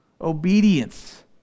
obedience